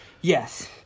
Yes